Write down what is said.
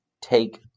take